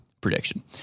prediction